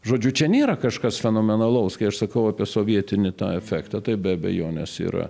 žodžiu čia nėra kažkas fenomenalaus kai aš sakau apie sovietinį tą efektą tai be abejonės yra